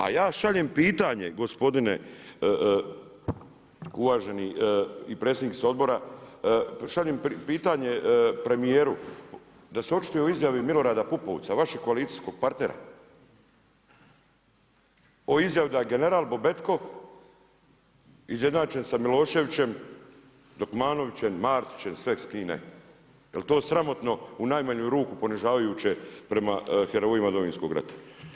A ja šaljem pitanje, gospodine uvaženi i predsjedniče odbora, šaljem pitanje premijeru da se očituje o izjavi Milorada Pupovca vašeg koalicijskog partnera o izjavi da je general Bobetko izjednačen sa Miloševićem, Dokmanovićem, Martićem sve s kim ne, jel to sramotno u najmanju ruku ponižavajuće prema herojima Domovinskog rata.